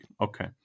Okay